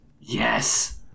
Yes